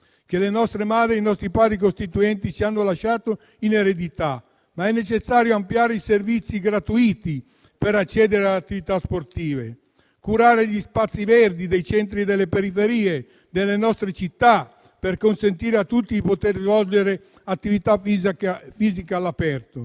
che le nostre madri e i nostri padri costituenti ci hanno lasciato in eredità, ma è necessario ampliare i servizi gratuiti per accedere alle attività sportive e curare gli spazi verdi dei centri e delle periferie delle nostre città, per consentire a tutti di svolgere attività fisica all'aperto,